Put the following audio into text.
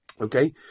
Okay